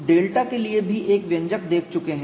हम डेल्टा के लिए भी एक व्यंजक देख चुके हैं